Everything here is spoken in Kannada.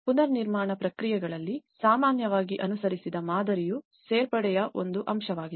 ಆದ್ದರಿಂದ ಪುನರ್ನಿರ್ಮಾಣ ಪ್ರಕ್ರಿಯೆಗಳಲ್ಲಿ ಸಾಮಾನ್ಯವಾಗಿ ಅನುಸರಿಸಿದ ಮಾದರಿಯು ಸೇರ್ಪಡೆಯ ಒಂದು ಅಂಶವಾಗಿದೆ